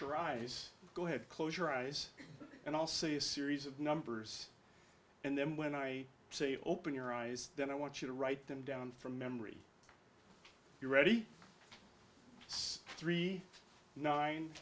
your eyes go ahead close your eyes and i'll see a series of numbers and then when i say open your eyes then i want you to write them down from memory you're ready it's three nine